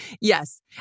yes